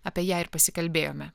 apie ją ir pasikalbėjome